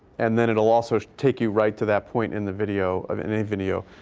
and then it'll also take you right to that point in the video, of any video.